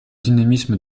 dynamisme